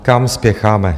Kam spěcháme?